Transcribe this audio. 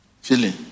Feeling